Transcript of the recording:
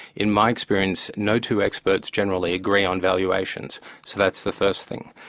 in my experience, no two experts generally agree on valuations so that's the first thing.